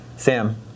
Sam